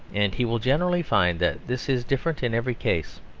and he will generally find that this is different in every case.